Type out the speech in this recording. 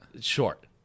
short